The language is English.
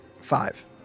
Five